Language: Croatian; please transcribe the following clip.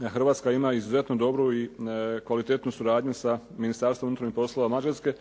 Hrvatska ima izuzetno dobru i kvalitetnu suradnju sa Ministarstvom unutarnjih poslova Mađarske